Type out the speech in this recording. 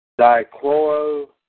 Dichloro